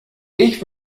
ich